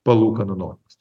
palūkanų normos